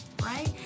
right